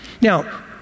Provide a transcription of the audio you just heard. Now